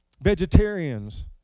vegetarians